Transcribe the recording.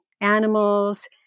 animals